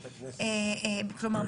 כלומר,